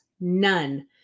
none